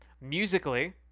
Musically